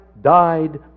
died